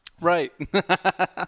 Right